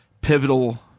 pivotal